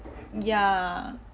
ya